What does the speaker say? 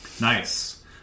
nice